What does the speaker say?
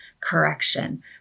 correction